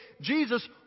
Jesus